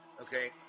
Okay